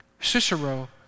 Cicero